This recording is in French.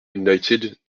united